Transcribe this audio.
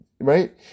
right